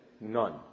None